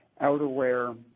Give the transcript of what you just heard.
outerwear